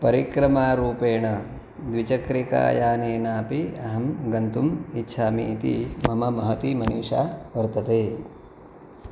परिक्रमारूपेण द्विचक्रिकायानेनापि अहं गन्तुम् इच्छामि इति मम महती मनीषा वर्तते